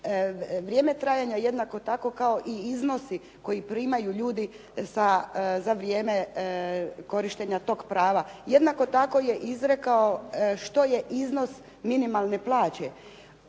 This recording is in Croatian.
vrijeme trajanja, jednako tako kao i iznosi koji primaju ljudi za vrijeme korištenja tog prava. Jednako tako je izrekao što je iznos minimalne plaće.